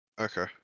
okay